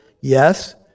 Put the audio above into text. Yes